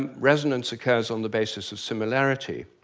um resonance occurs on the basis of similarity.